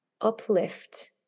uplift